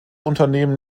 unternehmen